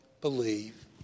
believe